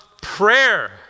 prayer